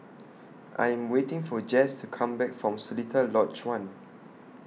I'm waiting For Jase to Come Back from Seletar Lodge one